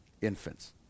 infants